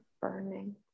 burning